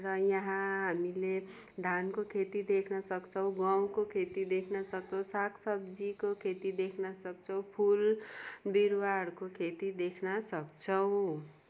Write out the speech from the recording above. र यहाँ हामीले धानको खेती देख्न सक्छौँ गौँको खेती देख्न सक्छौँ साग सब्जीको खेती देख्न सक्छौँ फुल बिरुवाहरूको खेती देख्न सक्छौँ